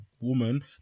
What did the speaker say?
woman